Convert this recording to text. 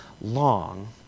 long